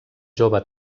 jove